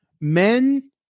Men